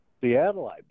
Seattle